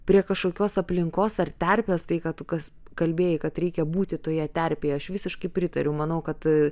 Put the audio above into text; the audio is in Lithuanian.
prie kažkokios aplinkos ar terpės tai ką tu kas kalbėjai kad reikia būti toje terpėje aš visiškai pritariu manau kad